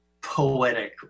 poetic